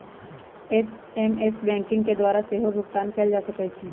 SMS banking के द्वारा सेहो भुगतान कएल जा सकै छै